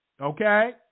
Okay